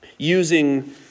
Using